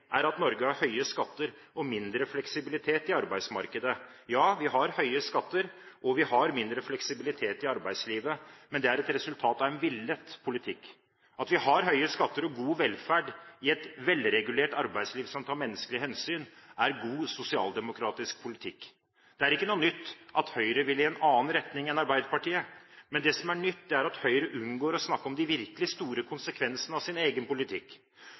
er at Norge har høye skatter og mindre fleksibilitet i arbeidsmarkedet. Ja, vi har høye skatter, og vi har mindre fleksibilitet i arbeidslivet, men det er et resultat av en villet politikk. At vi har høye skatter og god velferd i et velregulert arbeidsliv som tar menneskelige hensyn, er god sosialdemokratisk politikk. Det er ikke noe nytt at Høyre vil i en annen retning enn Arbeiderpartiet. Men det som er nytt, er at Høyre unngår å snakke om de virkelig store konsekvensene av sin egen politikk.